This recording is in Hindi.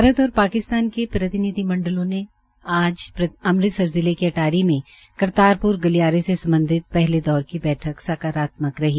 भारत और पाकिस्तान के प्रतिनिधिमंडल के बीच आज अमृतसर जिले के अटारी मे करतारप्र गलियारे से सम्बधित पहले दौर की बैठक सकारात्मक रही